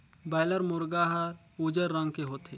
boiler मुरगा हर उजर रंग के होथे